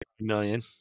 million